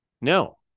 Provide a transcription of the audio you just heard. No